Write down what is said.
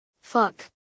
fuck